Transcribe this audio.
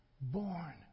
born